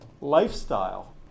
lifestyle